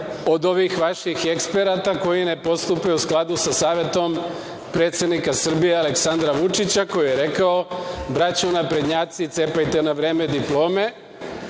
od ovih vaših eksperata koji ne postupe u skladu sa savetom predsednika Srbije Aleksandra Vučića, koji je rekao – braćo naprednjaci, cepajte na vreme diplome,